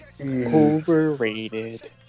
Overrated